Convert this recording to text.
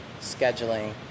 scheduling